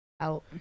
Out